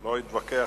לא אתווכח,